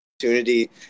opportunity